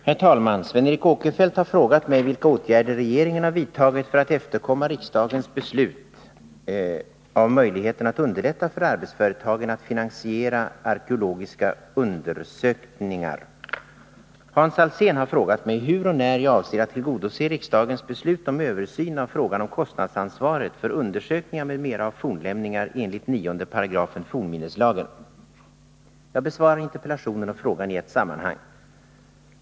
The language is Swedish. Herr talman! Sven Eric Åkerfeldt har frågat mig vilka åtgärder regeringen har vidtagit för att efterkomma riksdagens beslut när det gäller möjligheterna att underlätta för arbetsföretagen att finansiera arkeologiska undersökningar. Hans Alsén har frågat mig hur och när jag avser att tillgodose riksdagens beslut om översyn av frågan om kostnadsansvaret för undersökningar m.m. av fornlämningar enligt 9 § fornminneslagen. Jag besvarar interpellationen och frågan i ett sammanhang.